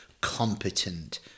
competent